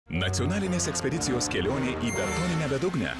nacionalinės ekspedicijos kelionė į betoninę bedugnę